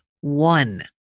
one